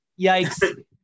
Yikes